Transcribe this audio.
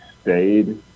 stayed